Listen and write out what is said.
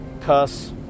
cuss